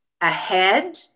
ahead